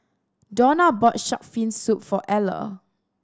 Dawna bought shark fin soup for Eller